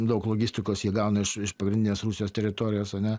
daug logistikos jie gauna iš iš pagrindinės rusijos teritorijos ane